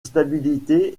stabilité